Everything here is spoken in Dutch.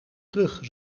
terug